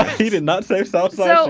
he did not say southside so